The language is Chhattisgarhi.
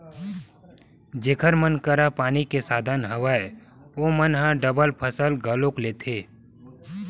जेखर मन करा पानी के साधन हवय ओमन ह डबल फसल घलोक लेथे